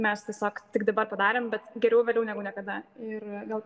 mes tiesiog tik dabar padarėm bet geriau vėliau negu niekada ir gal